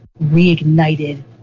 reignited